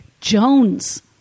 Jones